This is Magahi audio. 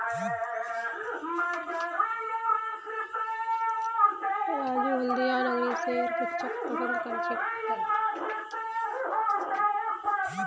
राजू हल्दिया नरगिसेर गुच्छाक पसंद करछेक